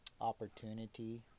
opportunity